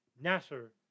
Nasser